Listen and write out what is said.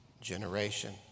generation